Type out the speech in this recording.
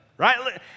Right